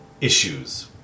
issues